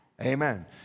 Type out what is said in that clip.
Amen